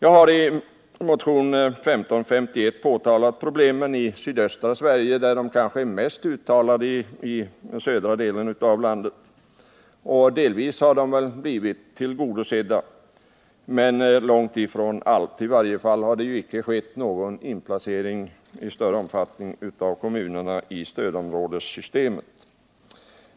I motionen 1551 har jag pekat på problemen i sydöstra Sverige, där de kanske är mest uttalade när det gäller södra delen av landet. Delvis har väl önskemålen blivit tillgodosedda, men långtifrån helt. I varje fall har det ju icke skett någon inplacering i större omfattning av kommunerna i stödområdessystemet.